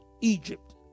Egypt